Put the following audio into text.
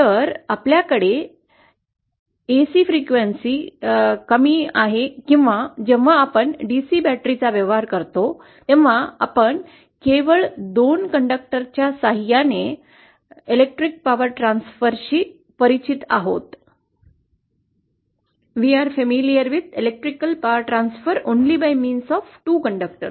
तर आपल्याकडे AC वारंवारता कमी आहे किंवा जेव्हा आपण DC बॅटरीचा व्यवहार करतो तेव्हा आपण केवळ दोन कंडक्टरच्या सहाय्याने विद्युत उर्जा हस्तांतरणा शी परिचित आहोत